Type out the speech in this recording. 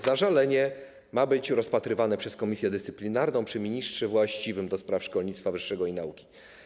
Zażalenie ma być rozpatrywane przez komisję dyscyplinarną przy ministrze właściwym do spraw szkolnictwa wyższego i nauki.